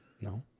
No